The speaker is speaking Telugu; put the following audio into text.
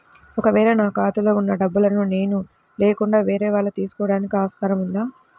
ఒక వేళ నా ఖాతాలో వున్న డబ్బులను నేను లేకుండా వేరే వాళ్ళు తీసుకోవడానికి ఆస్కారం ఉందా?